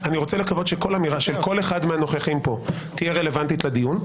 אני רוצה לקוות שכל אמירה של כל אחד מהנוכחים פה תהיה רלוונטית לדיון,